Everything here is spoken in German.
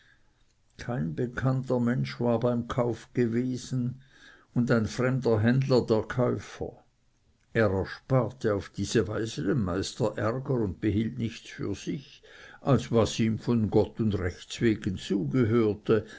kein bekannter mensch war beim kauf gewesen und ein fremder händler der käufer er ersparte auf diese weise dem meister ärger und behielt nichts für sich als was ihm von gott und rechts wegen zugehörte